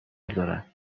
دارند